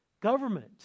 government